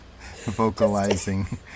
vocalizing